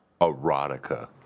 erotica